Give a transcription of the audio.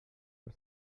per